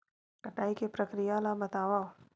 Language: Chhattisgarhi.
कटाई के प्रक्रिया ला बतावव?